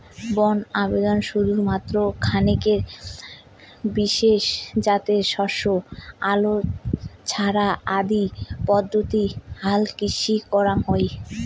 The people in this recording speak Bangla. বন আবদত শুধুমাত্র খানেক বিশেষ জাতের শস্য আলো ছ্যাঙা আদি পদ্ধতি হালকৃষি করাং হই